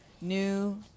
new